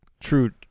true